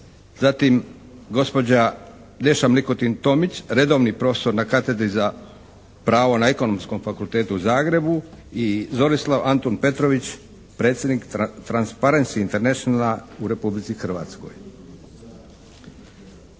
zatim Deša Mlikotin-Tomić redovni profesor na Katedri za pravo na Ekonomskom fakultetu u Zagrebu i Zorislav Antun Petrović predsjednik Transparency Internationala u Republici Hrvatskoj.